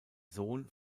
sohn